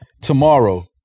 Tomorrow